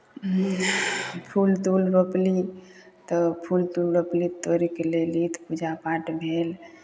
फूल तूल रोपली तऽ फूल तूल रोपली तोड़ि कऽ लयली तऽ पूजा पाठ भेल